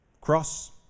cross